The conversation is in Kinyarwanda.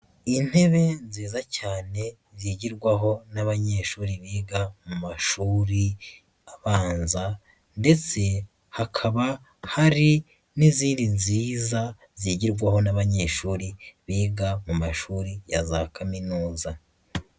Intebe nziza cyane zigirwaho n'abanyeshuri biga mu mashuri, abanza ndetse hakaba hari n'izindi nziza, zigirwaho n'abanyeshuri, biga mu mashuri ya za kaminuza.